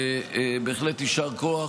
בהחלט יישר כוח,